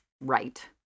right